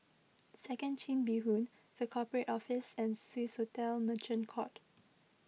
Second Chin Bee Road the Corporate Office and Swissotel Merchant Court